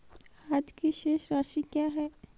आज की शेष राशि क्या है?